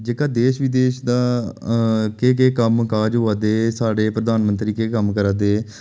जेह्का देश विदेश दा केह् केह् कम्म काज होआ दे साढ़े प्रधानमंत्री केह् कम्म करा दे